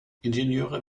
ingenieure